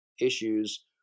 issues